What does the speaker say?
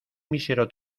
mísero